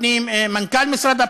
מנכ"ל משרד הפנים,